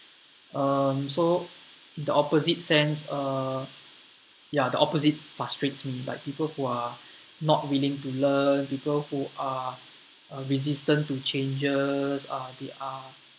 mm so the opposite sense uh ya the opposite frustrates me like people who are not willing to learn people who are uh resistant to changes uh they are